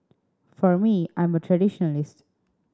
for me I'm a traditionalist